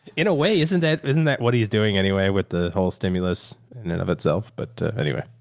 in a way isn't that isn't that what he's doing anyway with the whole stimulus in and of itself? but anyway,